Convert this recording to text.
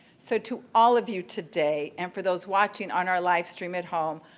so to all of you today and for those watching on our live stream at home,